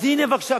אז הנה בבקשה,